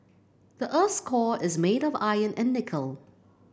the earth's core is made of iron and nickel